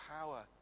power